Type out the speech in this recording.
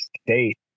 State